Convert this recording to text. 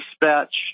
dispatch